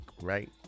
right